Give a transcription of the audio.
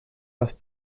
las